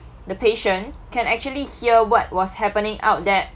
the patient can actually hear what was happening out there